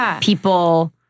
people